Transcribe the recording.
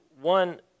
One